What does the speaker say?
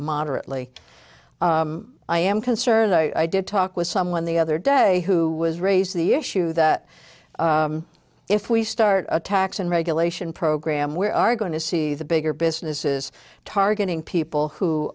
moderately i am concerned i did talk with someone the other day who was raised the issue that if we start a tax and regulation program where are going to see the bigger businesses targeting people who